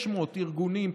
600 ארגונים,